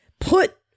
Put